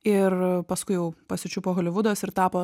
ir paskui jau pasičiupo holivudas ir tapo